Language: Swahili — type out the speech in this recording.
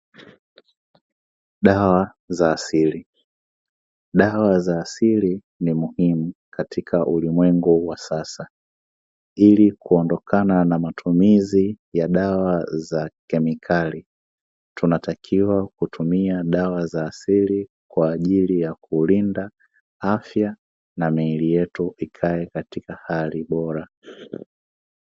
Dawa za asili, dawa za asili ni muhimu katika ulimwengu wa sasa, ili kuondokana na matumizi ya dawa za kemikali tunatakiwa kutumia dawa za asili kwaajili ya kulinda afya na miili yetu ikae katika hali bora.